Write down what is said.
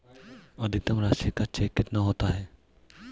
अधिकतम राशि का चेक कितना होता है?